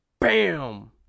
BAM